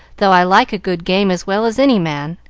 though i like a good game as well as any man.